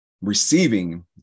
receiving